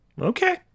okay